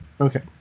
Okay